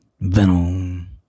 Venom